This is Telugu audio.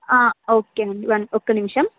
ఓకే అండి వన్ ఒక్క నిమిషం